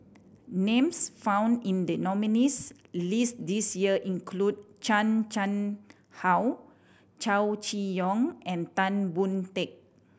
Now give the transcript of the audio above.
names found in the nominees' list this year include Chan Chang How Chow Chee Yong and Tan Boon Teik